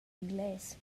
engles